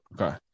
Okay